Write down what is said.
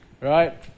right